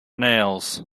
nails